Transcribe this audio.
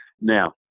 Now